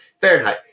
Fahrenheit